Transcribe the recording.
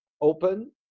open